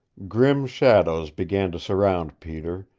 grim shadows began to surround peter,